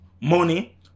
money